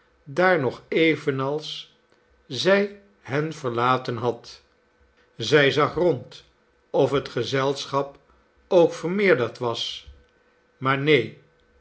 daar nog evenals zij hen verlaten had zij zag rond of het gezelschap ook vermeerderd was maar neen